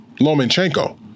Lomachenko